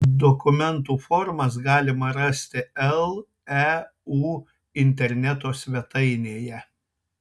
dokumentų formas galima rasti leu interneto svetainėje